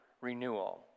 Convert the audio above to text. renewal